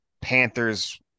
Panthers